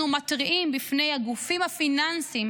אנחנו מתריעים בפני הגופים הפיננסיים